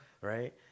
Right